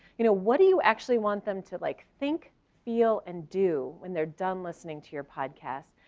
you know what do you actually want them to like think, feel, and do when they're done listening to your podcast?